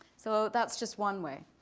so that's just one way.